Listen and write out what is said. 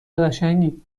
قشنگی